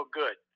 good